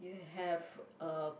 you have a